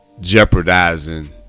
Jeopardizing